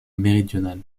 méridional